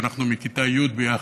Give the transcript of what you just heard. ואנחנו מכיתה י' ביחד,